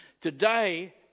today